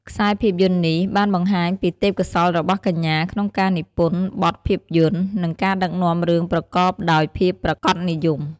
ខ្សែភាពយន្តនេះបានបង្ហាញពីទេពកោសល្យរបស់កញ្ញាក្នុងការនិពន្ធបទភាពយន្ត និងការដឹកនាំរឿងប្រកបដោយភាពប្រាកដនិយម។